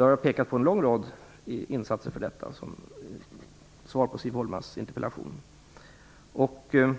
Jag har pekat på en lång rad insatser för detta som svar på Siv Holmas interpellation. Vi i den